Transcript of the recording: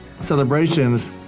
celebrations